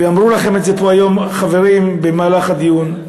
ואמרו לכם את זה פה היום חברים במהלך הדיון: